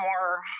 more